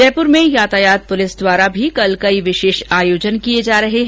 जयपुर में यातायात पुलिस द्वारा भी कल कई विशेष आयोजन किए जा रहे हैं